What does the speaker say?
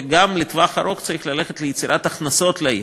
וגם לטווח הארוך צריך ללכת ליצירת הכנסות לעיר,